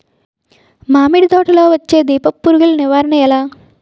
మామిడి తోటలో వచ్చే దీపపు పురుగుల నివారణ ఎలా?